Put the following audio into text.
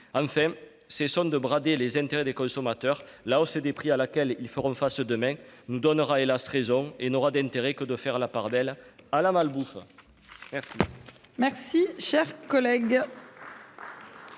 péril. Cessons de brader les intérêts des consommateurs ! La hausse des prix à laquelle ils feront face demain nous donnera, hélas ! raison, et n'aura d'autre intérêt que de faire la part belle à la malbouffe. La parole est